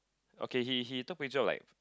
okay he he took picture of like